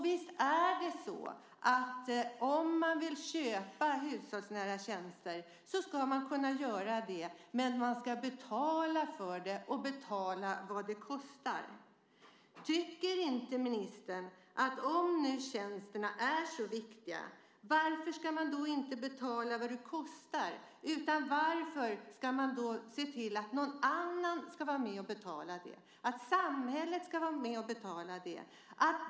Visst är det så att om man vill köpa hushållsnära tjänster ska man kunna göra det. Men man ska betala för det och betala vad det kostar. Ministern! Om nu tjänsterna är så viktiga, varför ska man då inte betala vad det kostar? Varför ska man då se till att någon annan ska vara med och betala det, att samhället ska vara med och betala det?